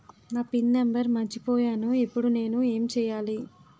నా pin number మర్చిపోయాను ఇప్పుడు నేను ఎంచేయాలి?